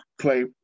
play